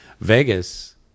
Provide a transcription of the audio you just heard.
Vegas